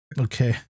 Okay